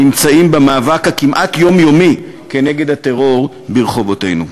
נמצאים במאבק הכמעט-יומיומי נגד הטרור ברחובותינו.